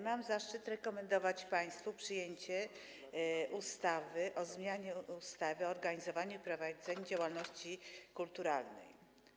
Mam zaszczyt rekomendować państwu przyjęcie ustawy o zmianie ustawy o organizowaniu i prowadzeniu działalności kulturalnej.